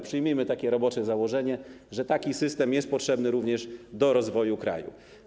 Przyjmijmy takie robocze założenie, że taki system jest potrzebny również do rozwoju kraju.